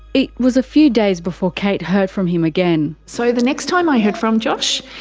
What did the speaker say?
it was a few days before kate heard from him again. so the next time i heard from josh,